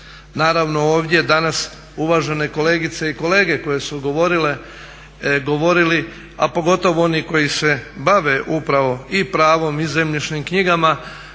Naravno ovdje danas uvažene kolegice i kolege koje su govorili, a pogotovo oni koji se bave upravo i pravom i zemljišnim knjigama